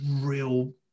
real